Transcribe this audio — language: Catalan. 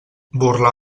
burla